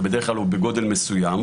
ובדרך כלל הוא בגודל מסוים,